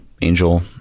angel